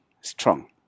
strong